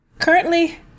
Currently